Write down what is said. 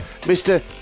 Mr